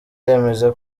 ndemeza